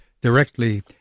Directly